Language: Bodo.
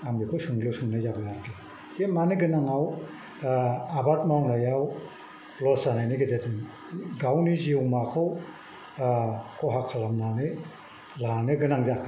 आं बेखौ सोंलु सोंलाय जाबाय आरोखि जे मानि गोनांआव आबाद मावनायाव लस जानायनि गेजेरजों गावनि जिउमाखौ खहा खालामनानै लानो गोनां जाखो